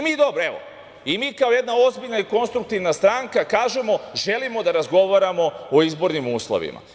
Mi kao jedna ozbiljna i konstruktivna stranka kažemo - želimo da razgovaramo o izbornim uslovima.